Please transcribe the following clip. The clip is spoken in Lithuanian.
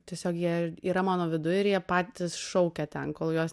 tiesiog jie yra mano viduj ir jie patys šaukia ten kol juos